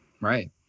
Right